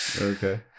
Okay